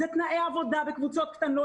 זה תנאי עבודה וקבוצות קטנות,